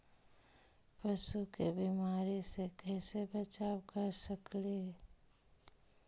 पशु के बीमारी से कैसे बचाब कर सेकेली?